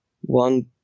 one